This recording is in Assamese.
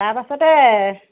তাৰ পাছতে